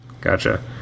Gotcha